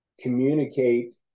communicate